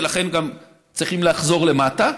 ולכן גם צריכים לחזור למטה.